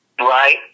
Right